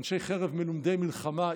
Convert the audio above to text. אנשי חרב "מלֻמדי מלחמה,